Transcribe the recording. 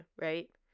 right